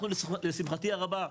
אנחנו לשמחתי הרבה,